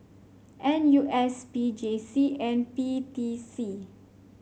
N U S P J C and P T C